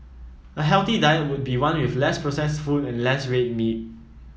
a healthy diet would be one with less processed foods and less red meat